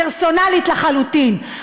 פרסונלית לחלוטין.